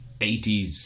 80s